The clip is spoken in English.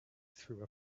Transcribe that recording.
through